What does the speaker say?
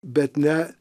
bet ne